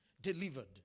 Delivered